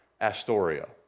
Astoria